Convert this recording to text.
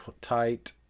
tight